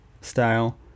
style